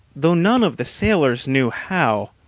though none of the sailors knew how.